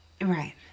Right